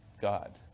God